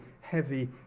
heavy